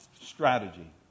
strategy